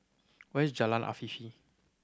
where is Jalan Afifi